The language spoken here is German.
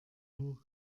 nur